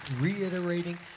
reiterating